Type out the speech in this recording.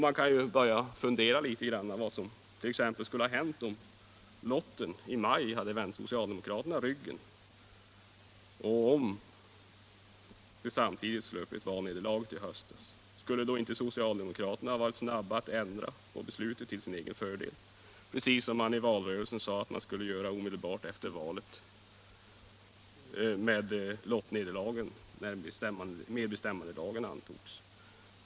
Man kan fundera över vad som hade hänt om lotten i maj hade vänt socialdemokraterna ryggen och om de samtidigt sluppit valnederlaget i höstas. Skulle då inte socialdemokraterna ha varit snabba att ändra på beslutet till sin egen fördel, precis som man i valrörelsen sade att man skulle göra omedelbart efter valet med lottnederlagen när medbestämmandelagen antogs?